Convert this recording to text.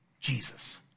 Jesus